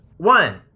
One